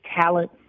talent